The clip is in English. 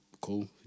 cool